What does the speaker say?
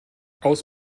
aus